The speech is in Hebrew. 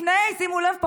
שימו לב,